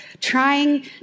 trying